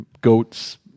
goats